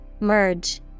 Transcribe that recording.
Merge